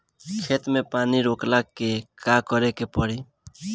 खेत मे पानी रोकेला का करे के परी?